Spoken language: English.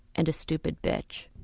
and a stupid bitch.